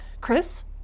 Chris